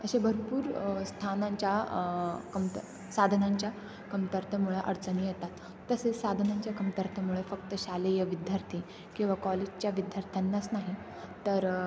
असे भरपूर स्थानांच्या कमत साधनांच्या कमतरतेमुळे अडचणी येतात तसेच साधनांच्या कमतरतेमुळे फक्त शालेय विद्यार्थी किंवा कॉलेजच्या विद्यार्थ्यांनाच नाही तर